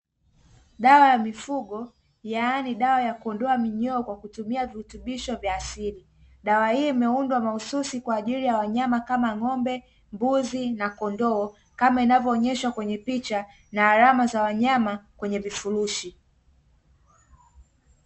Dawa ya mifugo, yaani dawa ya kuondoa minyoo kwa kutumia virutubisho vya asili. Dawa hii imeundwa mahususi kwa ajili ya wanyama kama: ng'ombe, mbuzi na kondoo; kama inavyoonyeshwa kwenye picha, na alama za wanyama kwenye vifurushi.